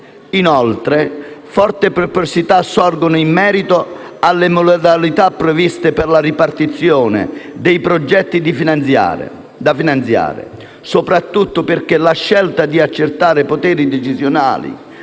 Inoltre, forti perplessità sorgono in merito alle modalità previste per la ripartizione dei progetti da finanziare, soprattutto perché la scelta di accentrare i poteri decisionali